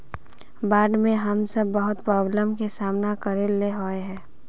बाढ में हम सब बहुत प्रॉब्लम के सामना करे ले होय है?